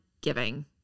giving